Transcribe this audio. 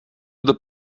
the